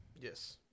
Yes